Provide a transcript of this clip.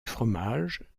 fromage